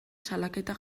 salaketa